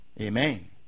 Amen